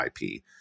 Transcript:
IP